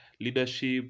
leadership